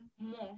more